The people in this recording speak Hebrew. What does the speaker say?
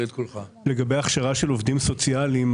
לגבי ההכשרה של עובדים סוציאליים,